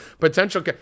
Potential